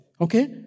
Okay